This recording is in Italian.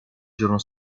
giorno